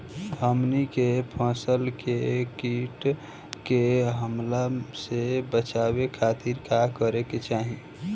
हमनी के फसल के कीट के हमला से बचावे खातिर का करे के चाहीं?